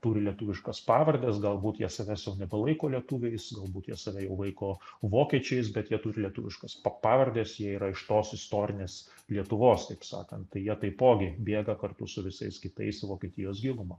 turi lietuviškas pavardes galbūt jie savęs jau nebelaiko lietuviais galbūt jie save jau laiko vokiečiais bet jie turi lietuviškas pa pavardes jie yra iš tos istorinės lietuvos taip sakant tai jie taipogi bėga kartu su visais kitais į vokietijos gilumą